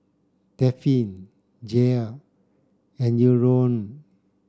Dafne Jair and Eleonore